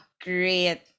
great